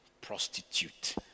Prostitute